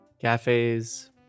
Cafes